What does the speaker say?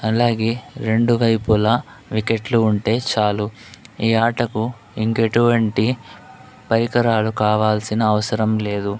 అలాగే రెండు వైపులా వికెట్లు ఉంటే చాలు ఈ ఆటకు ఇంకెటువంటి పరికరాలు కావాల్సిన అవసరం లేదు